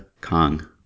Kong